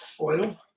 Oil